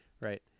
right